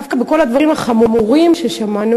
דווקא בכל הדברים החמורים ששמענו,